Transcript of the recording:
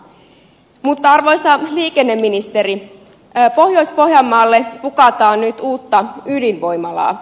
mutta arvoisa liikenneministeri pohjois pohjanmaalle pukataan nyt uutta ydinvoimalaa